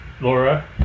Laura